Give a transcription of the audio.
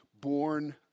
born